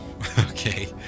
okay